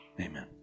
amen